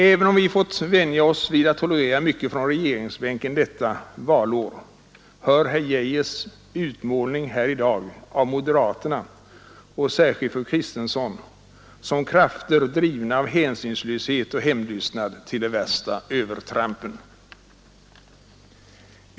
Även om vi fått vänja oss vid att tolerera mycket från regeringsbänken detta valår, hör herr Geijers utmålning här i dag av moderaterna och särskilt fru Kristensson som krafter drivna av hänsynslöshet och hämndlystnad till de värsta övertrampen.